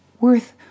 worth